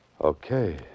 Okay